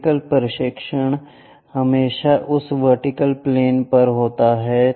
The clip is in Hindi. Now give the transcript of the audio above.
वर्टिकल प्रक्षेपण हमेशा उस वर्टिकल प्लेन पर होता है